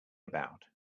about